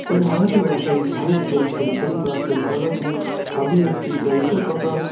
तर मराठी भाषा ही साहित्य असेल कविता असेल कलात्मक अभिव्यक्तींचा इतर प्रकार